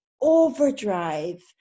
overdrive